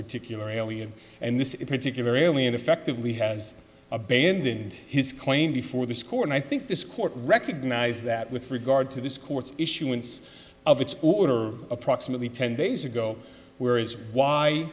particular alien and this particular alley ineffectively has abandoned his claim before the score and i think this court recognized that with regard to this court's issuance of its order approximately ten days ago where is why